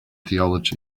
theology